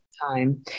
time